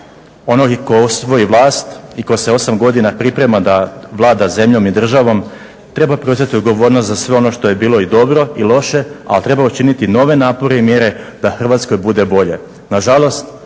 Onaj tko osvoji vlast i tko se 8 godina priprema da Vlada zemljom i državom treba preuzeti odgovornost za sve ono što je bilo i dobro i loše, ali treba učiniti nove napore i mjere da Hrvatskoj bude bolje.